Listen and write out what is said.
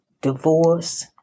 divorce